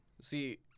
See